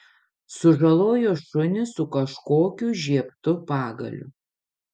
sužalojo šunį su kažkokiu žiebtu pagaliu